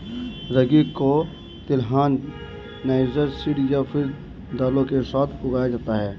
रागी को तिलहन, niger seed या फिर दालों के साथ उगाया जाता है